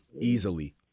easily